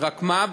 רק מה,